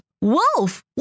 Wolf